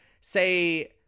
say